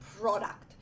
product